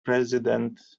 president